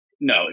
No